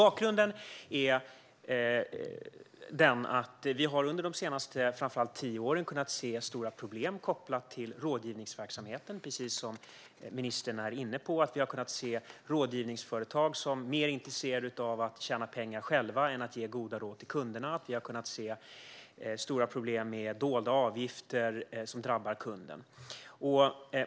Bakgrunden är den att vi framför allt under de senaste tio åren har kunnat se stora problem kopplade till rådgivningsverksamheten. Precis som ministern är inne på har vi kunnat se rådgivningsföretag som är mer intresserade av att själva tjäna pengar än av att ge goda råd till kunderna. Vi har kunnat se stora problem med dolda avgifter som drabbar kunden.